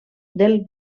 del